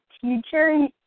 teacher